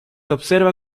observa